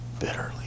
Bitterly